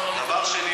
דבר שני,